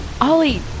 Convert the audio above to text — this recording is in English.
Ollie